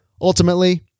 ultimately